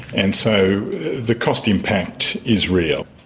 and so the cost impact is real.